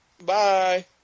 Bye